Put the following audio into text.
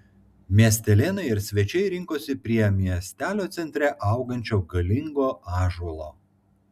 miestelėnai ir svečiai rinkosi prie miestelio centre augančio galingo ąžuolo